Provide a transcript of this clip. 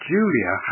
Julia